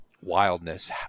wildness